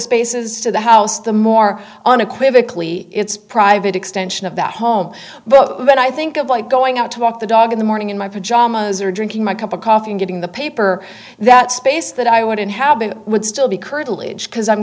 spaces to the house the more unequivocally it's private extension of that home but when i think of like going out to walk the dog in the morning in my pajamas or drinking my cup of coffee and getting the paper that space that i wouldn't have been would still be curtilage because i'm